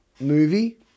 Movie